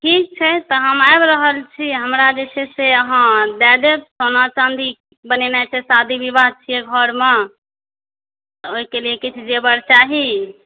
ठीक छै तऽ हम आबि रहल छी हमरा जे छै से अहाँ दय देब सोना चाँदी बनेनाइ छै शादी विवाह छियै घरमे तऽ ओहिके लिए किछु जेवर चाही